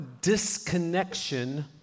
disconnection